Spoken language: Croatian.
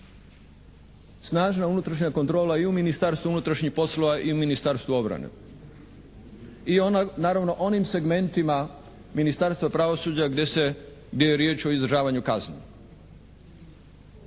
Snažna unutrašnja kontrola i u Ministarstvu unutrašnjih poslova i u Ministarstvu obrane. I ona, naravno onim segmentima Ministarstva pravosuđa gdje je riječ o izdržavanju kazni